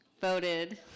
voted